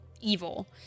evil